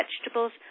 vegetables